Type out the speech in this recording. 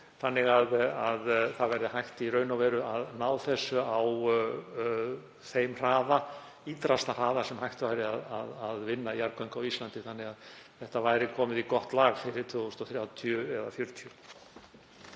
þannig að það væri hægt í raun og veru að ná þessu á mesta hraða sem hægt væri að vinna jarðgöng á Íslandi þannig að þetta væri komið í gott lag fyrir 2030 eða 2040.